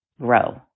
grow